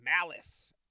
Malice